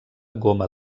goma